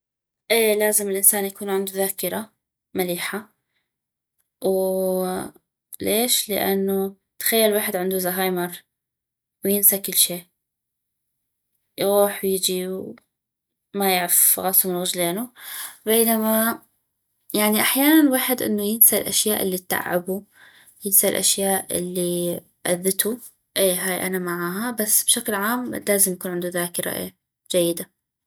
اي لازم الانسان يكون عندو ذاكرة مليحة وليش لان تخيل ويحد عندو زهايمر وينسى كلشي يغوح ويجي ما يعغف غاسو من غجلينو بينما يعني احيانا الويحد انو ينسى الاشياء الي تعبو ينسى الاشياء الي اذتو اي هذي انا معاها بس بشكل عام لازم يكون عندو ذاكرة اي جيدة